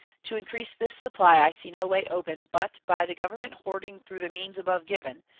to increase this supply i see no way open but by the government hoarding through the means above given,